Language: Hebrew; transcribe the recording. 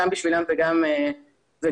גם בשבילם וגם עבורנו.